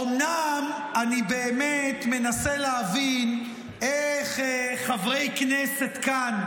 אומנם, אני באמת מנסה להבין איך חברי כנסת כאן,